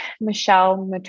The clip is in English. Michelle